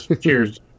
Cheers